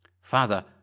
Father